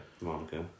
Monica